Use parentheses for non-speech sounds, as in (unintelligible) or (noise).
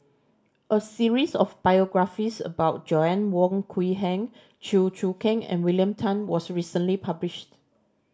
a series of biographies about (unintelligible) Wong Quee Heng Chew Choo Keng and William Tan was recently published